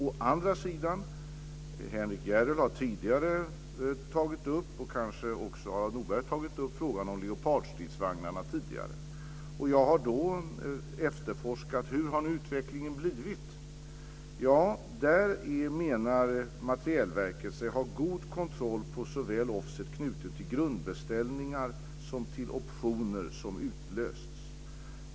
Å andra sidan har vi frågan om Leopardstridsvagnarna, som Henrik Järrel och kanske också Harald Norberg tidigare tagit upp. Jag har efterforskat hur utvecklingen har blivit. Här menar sig Materielverket ha god kontroll på offset knuten såväl till grundbeställningar som till optioner som utlösts.